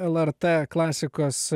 lrt klasikos